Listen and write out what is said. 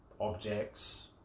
objects